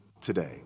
today